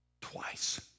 twice